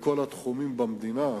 בכל התחומים במדינה הזאת,